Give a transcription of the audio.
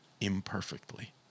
imperfectly